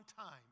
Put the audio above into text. time